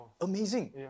Amazing